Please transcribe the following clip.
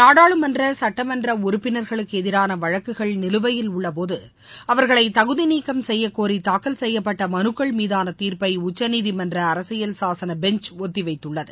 நாடாளுமன்ற சட்டமன்ற உறப்பினர்களுக்கு எதிரான வழக்குகள் நிலுவையில் உள்ளபோது அவர்களை தகுதிநீக்கம் செய்யக்கோரி தாக்கல் செய்யப்பட்ட மனுக்கள் மீதாள தீர்ப்பை உச்சநீதிமன்ற அரசியல் சாசன பெஞ்ச் ஒத்திவைத்துள்ளது